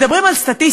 מדברים על סטטיסטיקה.